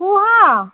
କୁହ